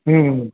હમ